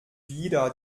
wieder